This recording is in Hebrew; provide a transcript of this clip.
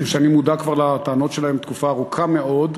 שאני מודע לטענות שלהן כבר תקופה ארוכה מאוד,